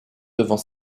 devant